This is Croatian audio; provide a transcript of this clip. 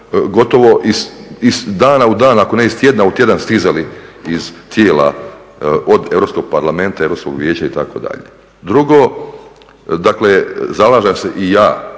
gotovo iz dana u dan ako ne iz tjedna u tjedan stizali iz tijela od Europskog parlamenta, Europskog vijeća itd. Drugo, dakle zalažem se i ja